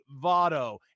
Votto